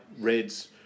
reds